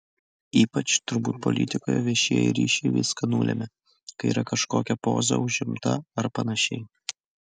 ypač turbūt politikoje viešieji ryšiai viską nulemia kai yra kažkokia poza užimta ar panašiai